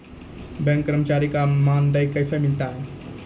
Bank कर्मचारी का मानदेय कैसे मिलता हैं?